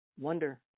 wonder